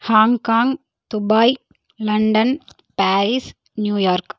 Hong Kong Dubai London Paris New York